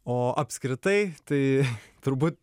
o apskritai tai turbūt